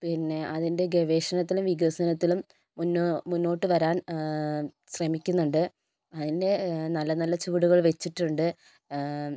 പിന്നെ അതിൻ്റെ ഗവേഷണത്തിലും വികസനത്തിലും മുന്നോ മുന്നോട്ടുവരാൻ ശ്രമിക്കുന്നുണ്ട് അതിൻ്റെ നല്ല നല്ല ചുവടുകൾ വച്ചിട്ടുണ്ട്